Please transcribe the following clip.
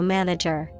Manager